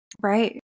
right